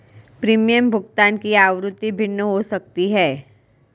premium भुगतान की आवृत्ति भिन्न हो सकती है